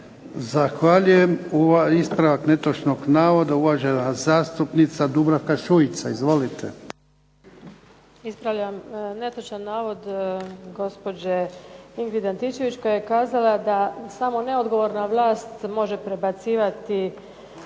Zahvaljujem. Ispravak netočnog navoda, uvažena zastupnica Dubravka Šuica. Izvolite. **Šuica, Dubravka (HDZ)** Ispravljam netočan navod gospođe Ingrid Antičević, koja je kazala da samo neodgovorna vlast može prebacivati